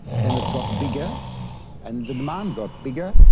then it got bigger and the demand got bigger,